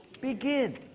Begin